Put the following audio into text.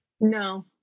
No